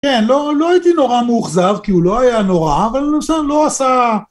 כן, לא הייתי נורא מאוכזב, כי הוא לא היה נורא, אבל הוא לא עשה...